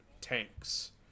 tanks